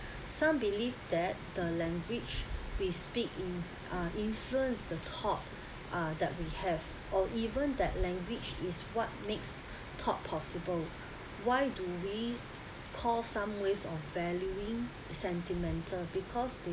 some believe that the language we speak in uh influence the thought uh that we have or even that language is what makes thought possible why do we call some ways of valuing sentimental because they